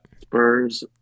Spurs